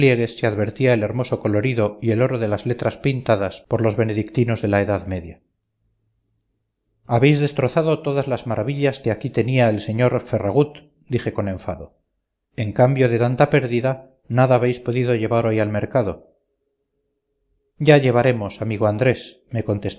se advertía el hermoso colorido y el oro de las letras pintadas por los benedictinos de la edad media habéis destrozado todas las maravillas que aquí tenía el sr ferragut dije con enfado en cambio de tanta pérdida nada habéis podido llevar hoy al mercado ya llevaremos amigo andrés